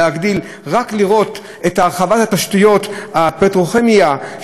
רק לראות את הרחבת תשתיות הפטרוכימיה שיש במפרץ,